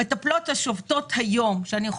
המטפלות ששובתות היום צודקות בנוגע